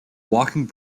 walking